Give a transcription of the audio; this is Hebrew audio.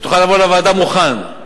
שתוכל לבוא לוועדה מוכן.